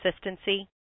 consistency